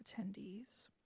attendees